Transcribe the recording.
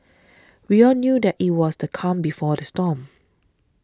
we all knew that it was the calm before the storm